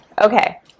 Okay